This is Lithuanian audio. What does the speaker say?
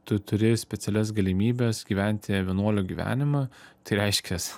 tu turi specialias galimybes gyventi vienuolio gyvenimą tai reiškias